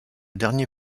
dernier